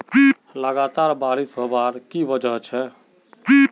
लगातार बारिश होबार की वजह छे?